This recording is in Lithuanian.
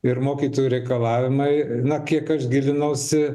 ir mokytojų reikalavimai na kiek aš gilinausi